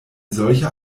solcher